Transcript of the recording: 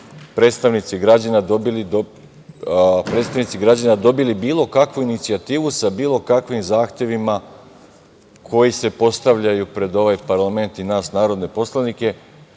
predstavnici građana dobili bilo kakvu inicijativu sa bilo kakvim zahtevima koji se postavljaju pred ovaj parlament i nas narodne poslanike.